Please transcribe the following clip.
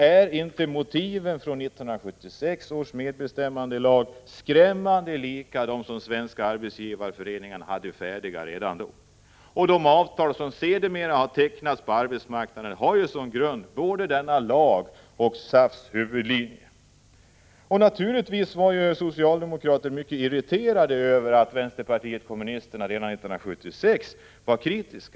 Är inte motiven för 1976 års medbestämmandelag skrämmande lika dem som Arbetsgivareföreningen hade färdiga redan 1965? De avtal som senare slutits på arbetsmarknaden har ju som grund både denna lag och SAF:s huvudlinje. Naturligtvis var en del socialdemokrater mycket irriterade över att vänsterpartiet kommunisterna redan 1976 ställde sig kritiskt.